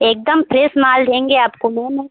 एकदम फ्रेस माल देंगे आपको मैम